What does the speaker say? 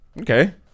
okay